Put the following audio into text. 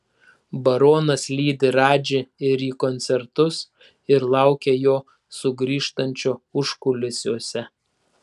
baronas lydi radži ir į koncertus ir laukia jo sugrįžtančio užkulisiuose